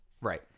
Right